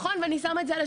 האם היא משנה את נטל